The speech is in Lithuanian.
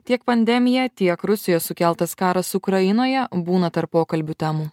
tiek pandemija tiek rusijos sukeltas karas ukrainoje būna tarp pokalbių temų